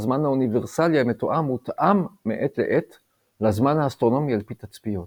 הזמן האוניברסלי המתואם מותאם מעת לעת לזמן האסטרונומי על-פי תצפיות.